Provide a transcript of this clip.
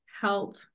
help